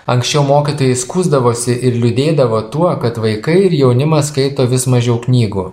anksčiau mokytojai skųsdavosi ir liūdėdavo tuo kad vaikai ir jaunimas skaito vis mažiau knygų